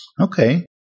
Okay